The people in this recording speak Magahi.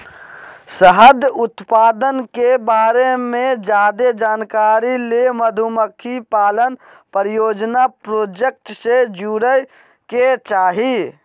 शहद उत्पादन के बारे मे ज्यादे जानकारी ले मधुमक्खी पालन परियोजना प्रोजेक्ट से जुड़य के चाही